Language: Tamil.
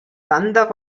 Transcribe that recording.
தந்த